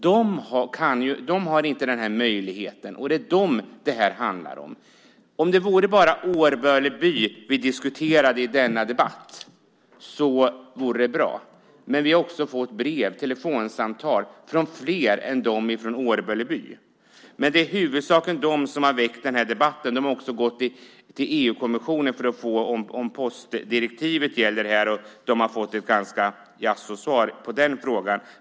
De har inte den här möjligheten, och det är dem som det här handlar om. Om det bara vore Årböle by vi diskuterade i denna debatt vore det bra, men vi har också fått brev och telefonsamtal från fler än dem i Årböle by. Men det är i huvudsak de i Årböle by som har väckt den här debatten. De har också gått till EU-kommissionen för att få veta om postdirektivet gäller här. Och de har fått ett jaså-svar på den frågan.